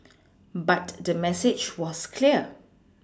but the message was clear